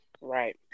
Right